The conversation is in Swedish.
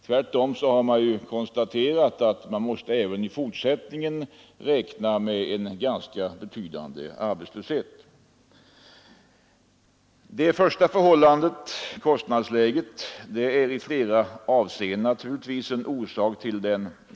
Tvärtom har man konstaterat att vi även i fortsättningen måste räkna med en ganska betydande arbetslöshet. Det första förhållandet — kostnadsläget — är i flera avseenden en orsak till det andra förhållandet.